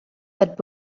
that